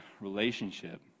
relationship